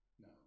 No